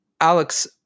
Alex